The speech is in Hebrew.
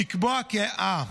לקבוע, אה,